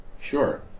Sure